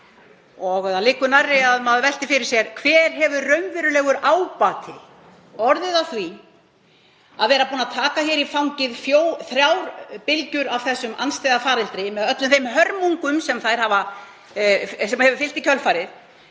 Það liggur við að maður velti fyrir sér: Hver hefur raunverulegur ábati orðið af því að vera búin að taka í fangið þrjár bylgjur af þessum andstyggðarfaraldri með öllum þeim hörmungum sem hafa fylgt í kjölfarið?